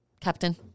Captain